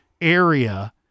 area